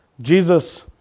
Jesus